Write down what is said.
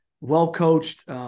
well-coached